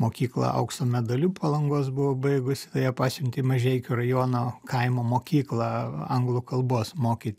mokyklą aukso medaliu palangos buvo baigusi tai ją pasiuntė į mažeikių rajono kaimo mokyklą anglų kalbos mokyt